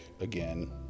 again